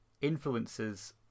influences